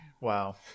Wow